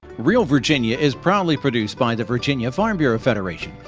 real virginia is proudly produced by the virginia farm bureau federation.